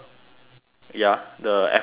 ya the F one driver